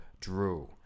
drew